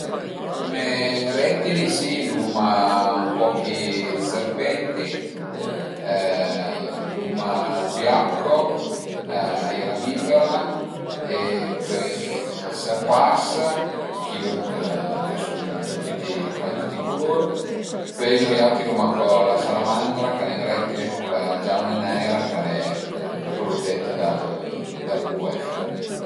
Cume rettili si l'uma pochi serpenti, l'uma ël biacco, a ie lavipera e pöi ël sërpas, chi lunch ch'a sun tüti, ch'al an tüti i culur, pöi nui auti l'uma co la salamandra ch'al e ën rettile, cula giauna e neira ch'al e prutetta dal WWF